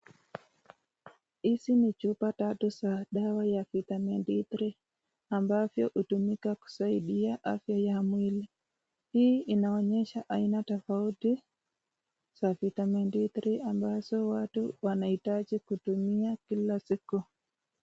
Hizi ni chupa tatu ya dawa ya [vitamin D3 ambavyo hutumika kusaidia afya ya mwili. Hii inaonyesha aina tofauti za vitamin D3 ambazo watu wanahitaji kutumia kila siku.